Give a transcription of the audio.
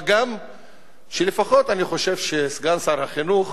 מה גם שאני חושב שלפחות סגן שר החינוך